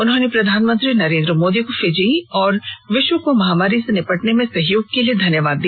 उन्होंने प्रधानमंत्री नरेंद्र मोदी को फिजी और विश्व को महामारी से निपटने में सहयोग के लिए धन्यवाद दिया